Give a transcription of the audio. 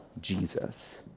Jesus